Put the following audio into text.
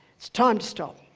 it's time to stop.